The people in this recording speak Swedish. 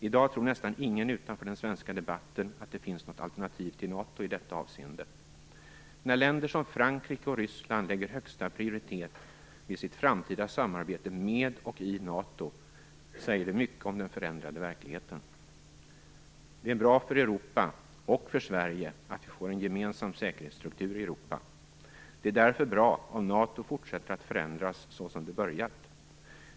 I dag tror nästan ingen utanför den svenska debatten att det finns något alternativ till NATO i detta avseende. När länder som Frankrike och Ryssland lägger högsta prioritet vid sitt framtida samarbete med och i NATO, säger det mycket om den förändrade verkligheten. Det är bra för Europa och för Sverige att vi får en gemensam säkerhetsstruktur i Europa. Det är därför bra, om NATO fortsätter att förändras, så som det börjat.